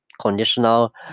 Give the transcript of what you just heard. Conditional